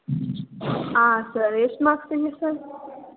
ಆ ಸರ್ ಎಷ್ಟು ಮಾರ್ಕ್ಸಿಂದು ಸರ್